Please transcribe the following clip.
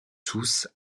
tous